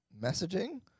messaging